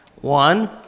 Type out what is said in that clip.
one